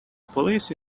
police